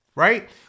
Right